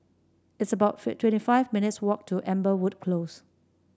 it's about twenty five minutes' walk to Amberwood Close